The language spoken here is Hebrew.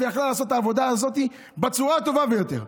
שיכולה לעשות את העבודה הזאת בצורה הטובה ביותר.